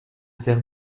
faire